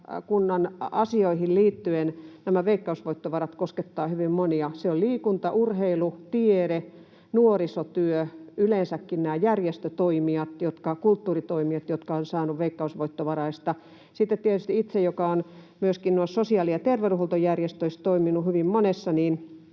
asioihin liittyenhän nämä veikkausvoittovarat koskettavat hyvin monia. Se on liikunta, urheilu, tiede, nuorisotyö, yleensäkin nämä järjestötoimijat ja kulttuuritoimijat, jotka ovat saaneet veikkausvoittovaroista. Sitten tietysti itse olen myöskin noissa sosiaali‑ ja terveydenhuoltojärjestöissä toiminut hyvin monessa,